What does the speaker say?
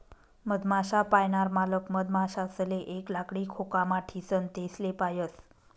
मधमाश्या पायनार मालक मधमाशासले एक लाकडी खोकामा ठीसन तेसले पायस